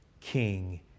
king